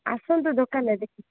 ଆସନ୍ତୁ ଦୋକାନ ଆଡ଼େ